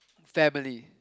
family